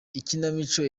ikinamico